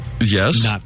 Yes